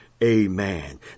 amen